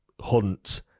Hunt